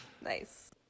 nice